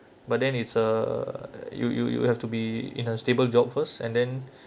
but then it's uh you you you will have to be in a stable job first and then